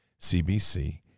CBC